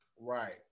Right